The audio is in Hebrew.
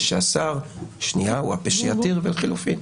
הפה שאסר הוא הפה שיתיר, ולחילופין,